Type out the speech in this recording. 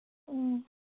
ꯎꯝ